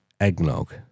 eggnog